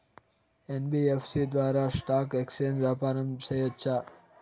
NBFC ద్వారా stock exchange వ్యాపారం సేయొచ్చా?